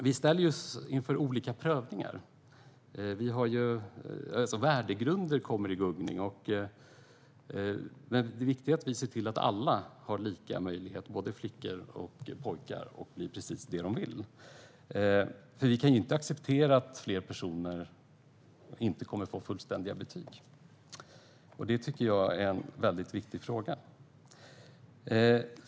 Vi ställs inför olika prövningar, och värdegrunder kommer i gungning. Det är viktigt att vi ser till att alla, både flickor och pojkar, har lika möjligheter att bli precis vad de vill. Vi kan inte acceptera att flera personer inte kommer att få fullständiga betyg. Detta tycker jag är en viktig fråga.